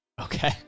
Okay